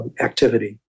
activity